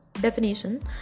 definition